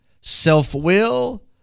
self-will